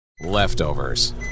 Leftovers